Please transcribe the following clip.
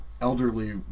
elderly